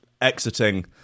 exiting